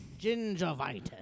Gingivitis